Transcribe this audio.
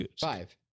five